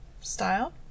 style